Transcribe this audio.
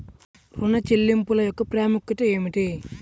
ఋణ చెల్లింపుల యొక్క ప్రాముఖ్యత ఏమిటీ?